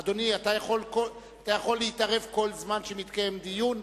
אדוני, אתה יכול להתערב כל זמן שמתקיים דיון,